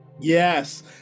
Yes